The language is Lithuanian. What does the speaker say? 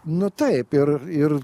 nu taip ir ir